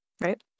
right